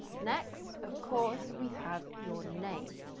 next of course we have your name.